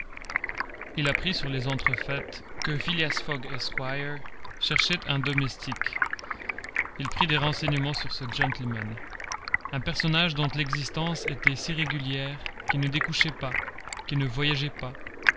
il apprit sur les entrefaites que phileas fogg esq cherchait un domestique il prit des renseignements sur ce gentleman un personnage dont l'existence était si régulière qui ne découchait pas qui ne voyageait pas